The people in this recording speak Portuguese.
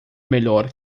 melhor